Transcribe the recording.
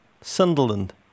Sunderland